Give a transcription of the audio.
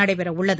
நடைபெறவுள்ளது